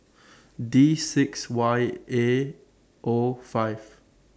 D six Y A O five